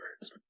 birds